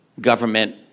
government